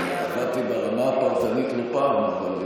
עבדתי ברמה הפרטנית לא פעם.